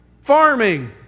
farming